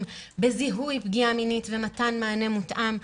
בזיהוי פגיעה מינית ומתן מענה מותאם.